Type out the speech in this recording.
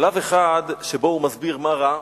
שלב אחד שבו הוא מסביר מה רע,